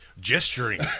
gesturing